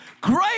great